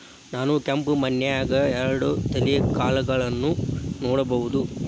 ನಾನ್ ಕೆಂಪ್ ಮಣ್ಣನ್ಯಾಗ್ ಎರಡ್ ತಳಿ ಕಾಳ್ಗಳನ್ನು ನೆಡಬೋದ?